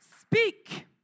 Speak